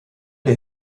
der